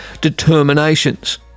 determinations